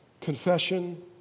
Confession